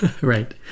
Right